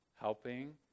helping